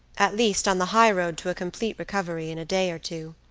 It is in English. at least, on the high road to a complete recovery, in a day or two,